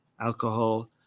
alcohol